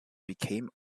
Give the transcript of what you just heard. became